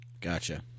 Gotcha